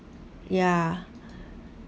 yeah